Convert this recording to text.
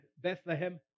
Bethlehem